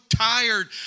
tired